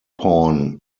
pawn